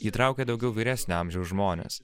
įtraukia daugiau vyresnio amžiaus žmones